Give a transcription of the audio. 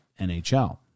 NHL